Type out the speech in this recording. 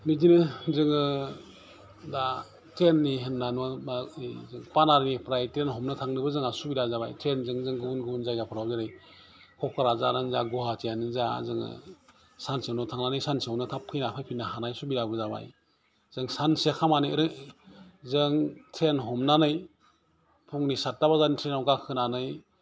बिदिनो जोङो बा ट्रेननि होनानै बा जों पानारिनिफ्राय ट्रेन हमनोबो थांनोबो जोंहा सुबिदा जाबाय ट्रेनजों जों गुबुन गुबुन जायगाफ्राव जेरै क'क्राझारानो जा गवाहाटी आनो जा जोङो सानसेनो थांनानै सानसेआवनो थाब फैनानै फैनो हानाय सुबिदाबो जाबाय जों सानसे खामानि एरै जों ट्रेन हमनानै फुंनि सात ता ट्रेनाव गाखोनानै